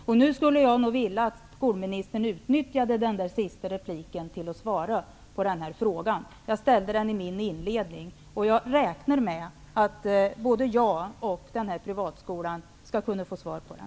Jag skulle vilja att skolministern utnyttjar den sista repliken till att svara på frågan. Jag ställde frågan i mitt inledningsanförande. Jag räknar med att jag skall få svar på frågan om den privata skolan.